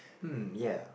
hmm ya